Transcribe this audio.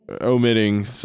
omitting